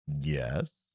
yes